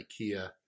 IKEA